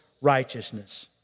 righteousness